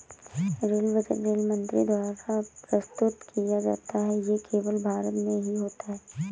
rail budget rail मंत्री द्वारा प्रस्तुत किया जाता है ये केवल भारत में ही होता है